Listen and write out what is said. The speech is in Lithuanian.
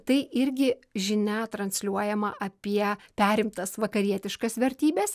tai irgi žinia transliuojama apie perimtas vakarietiškas vertybes